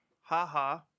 haha